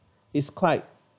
is quite